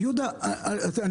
כמה כסף?